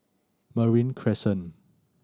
Marine Crescent